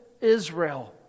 Israel